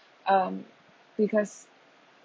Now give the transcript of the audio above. um because